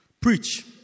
preach